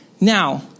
Now